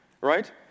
right